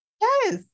Yes